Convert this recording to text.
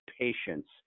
patience